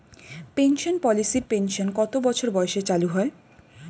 Pension পলিসির pension কত বছর বয়সে চালু হয়?